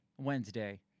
Wednesday